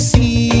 See